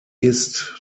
ist